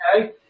okay